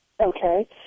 Okay